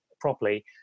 properly